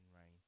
rain